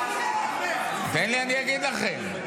תנו לי, אני אגיד לכם.